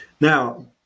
Now